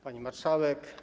Pani Marszałek!